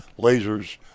lasers